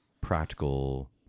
practical